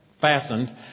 fastened